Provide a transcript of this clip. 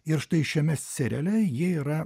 ir štai šiame seriale jie yra